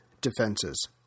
defenses